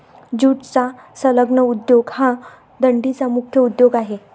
ज्यूटचा संलग्न उद्योग हा डंडीचा मुख्य उद्योग आहे